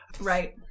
Right